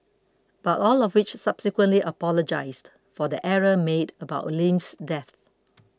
but all of which subsequently apologised for the error made about Lim's death